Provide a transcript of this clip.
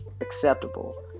acceptable